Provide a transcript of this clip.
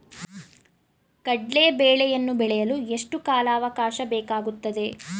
ಕಡ್ಲೆ ಬೇಳೆಯನ್ನು ಬೆಳೆಯಲು ಎಷ್ಟು ಕಾಲಾವಾಕಾಶ ಬೇಕಾಗುತ್ತದೆ?